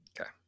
Okay